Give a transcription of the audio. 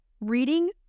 reading